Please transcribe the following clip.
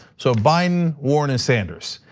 so biden, warren, and sanders.